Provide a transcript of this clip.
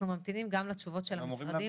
אנחנו ממתינים גם לתשובות של המשרדים.